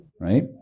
right